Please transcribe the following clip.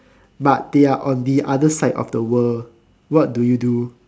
but they are on the other side of the world what do you do